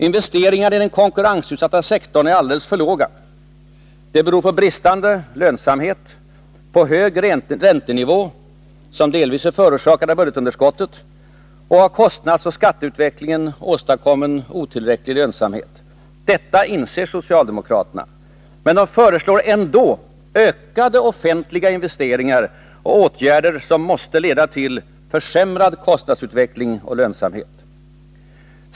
Investeringarna i den konkurrensutsatta sektorn är alldeles för låga. Detta beror på bristande lönsamhet, på hög räntenivå delvis förorsakad av budgetunderskottet och av kostnadsoch skatteutvecklingen åstadkommen otillräcklig lönsamhet. Detta inser socialdemokraterna. Men de föreslår ändå ökade offentliga investeringar och åtgärder som måste leda till försämrad kostnadsutveckling och lönsamhet.